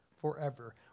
forever